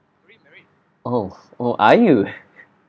oh oh are you